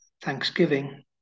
thanksgiving